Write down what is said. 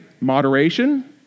moderation